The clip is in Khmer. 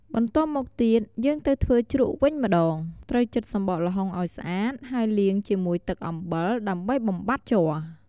បន្ទាប់មកទៀតយើងទៅធ្វើជ្រក់វិញម្តង ត្រូវចិតសំបកល្ហុងឲ្យស្អាត ហើយលាងជាមួយទឹកអំបិល ដើម្បីបំបាត់ជ័រ។